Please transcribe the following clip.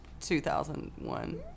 2001